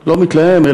לא מתלהם,